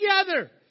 together